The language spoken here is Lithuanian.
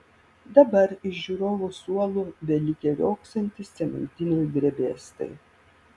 dabar iš žiūrovų suolų belikę riogsantys cementiniai grebėstai